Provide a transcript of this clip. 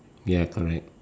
ya correct